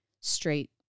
straight